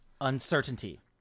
uncertainty